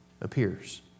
appears